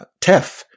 TEF